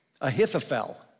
Ahithophel